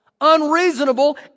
unreasonable